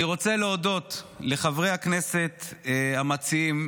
אני רוצה להודות לחברי הכנסת המציעים: